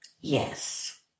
Yes